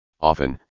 often